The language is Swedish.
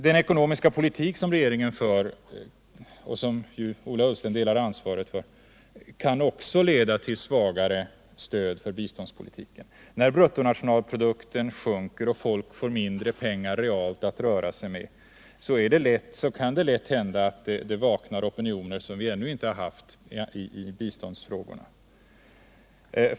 Den ekonomiska politik som regeringen för och som Ola Ullsten delar ansvaret för kan också leda till svagare stöd för biståndspolitiken. När bruttonationalprodukten sjunker och folk får mindre pengar realt att röra sig med kan det lätt hända att det vaknar opinioner som vi ännu inte har haft i biståndsfrågorna.